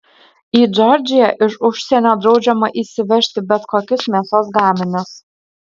į džordžiją iš užsienio draudžiama įsivežti bet kokius mėsos gaminius